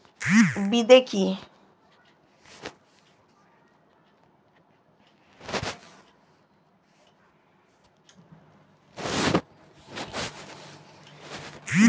বিদে কি?